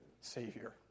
Savior